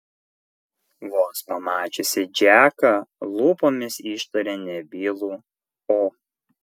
vos pamačiusi džeką lūpomis ištarė nebylų o